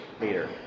leader